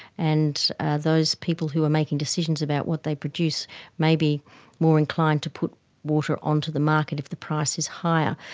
and those people who are making decisions about what they produce may be more inclined to put water onto the market if the price is higher,